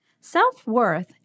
Self-worth